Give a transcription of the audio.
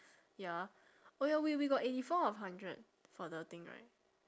ya oh ya we we got eighty four out of hundred for the thing right